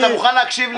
אתה מוכן להקשיב לי?